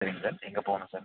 சரிங்க சார் எங்கே போகணும் சார்